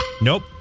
Nope